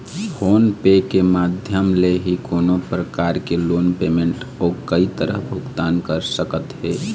phone पे के माधियम ले ही कोनो परकार के लोन पेमेंट अउ कई तरह भुगतान कर सकत हे